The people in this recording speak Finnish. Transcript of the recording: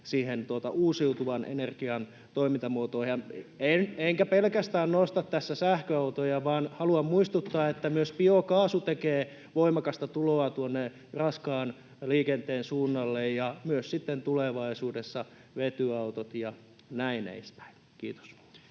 keskustan kanssa?] Enkä pelkästään nosta tässä sähköautoja, vaan haluan muistuttaa, että myös biokaasu tekee voimakasta tuloa tuonne raskaan liikenteen suunnalle ja myös sitten tulevaisuudessa vetyautot ja näin edespäin. — Kiitos.